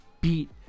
beat